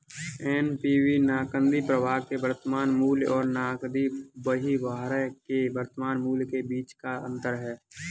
NPV नकदी प्रवाह के वर्तमान मूल्य और नकदी बहिर्वाह के वर्तमान मूल्य के बीच का अंतर है